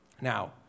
Now